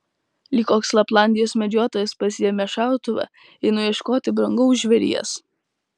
lyg koks laplandijos medžiotojas pasiėmęs šautuvą einu ieškoti brangaus žvėries